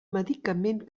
medicament